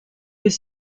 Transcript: his